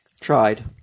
Tried